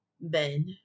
Ben